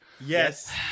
Yes